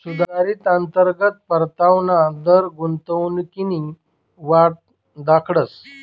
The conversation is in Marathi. सुधारित अंतर्गत परतावाना दर गुंतवणूकनी वाट दखाडस